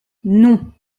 non